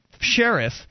sheriff